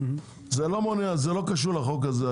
זה לא מונע, זה לא קשור לחוק הזה.